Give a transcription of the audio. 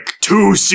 two